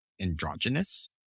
androgynous